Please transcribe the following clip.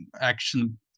action